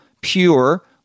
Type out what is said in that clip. pure